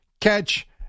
catch